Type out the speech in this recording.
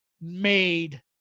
made